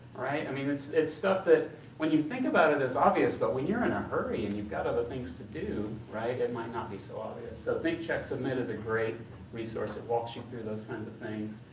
i mean it's it's stuff that when you think about it it's obvious, but when you're in a hurry and you've got other things to do it might not be so obvious. so thinkchecksubmit is a great resource, it walks you through those kinds of things.